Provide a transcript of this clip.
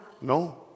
No